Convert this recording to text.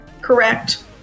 Correct